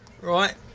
Right